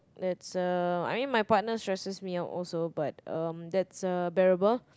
that's a I mean my partner stresses me out also but um that's uh bearable